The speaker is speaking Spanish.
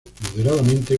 moderadamente